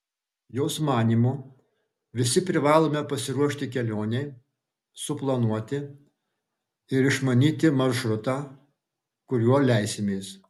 jos manymu visi privalome pasiruošti kelionei suplanuoti ir išmanyti maršrutą kuriuo leisimės